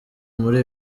muri